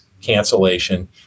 cancellation